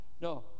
No